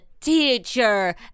teacher